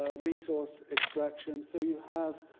ah resource extraction. so you have,